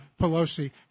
Pelosi